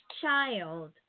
child